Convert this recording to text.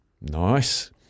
Nice